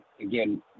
again